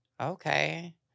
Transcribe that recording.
okay